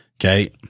okay